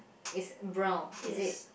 is brown is it